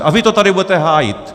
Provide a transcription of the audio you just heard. A vy to tady budete hájit.